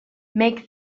make